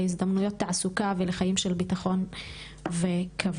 להזדמנויות תעסוקה ולחיים של ביטחון וכבוד.